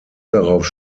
darauf